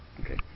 Okay